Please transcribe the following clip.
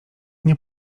nie